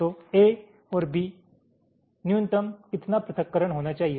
तो A और B न्यूनतम कितना पृथक्करण होना चाहिए